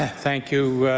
thank you,